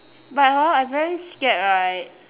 but hor I very scared right